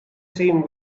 seemed